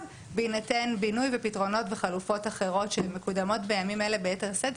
בהינתן בינוי ופתרונות וחלופות אחרות שמקודמות בימים אלה ביתר שאת,